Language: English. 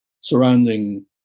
surrounding